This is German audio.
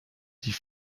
die